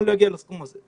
אני לא אגיע לסכום הזה.